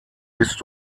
bist